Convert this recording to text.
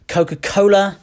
Coca-Cola